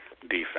defense